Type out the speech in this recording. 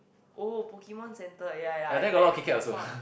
orh Pokemon centre ya ya I read